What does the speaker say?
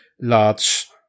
large